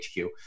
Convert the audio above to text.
HQ